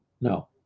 No